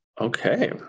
Okay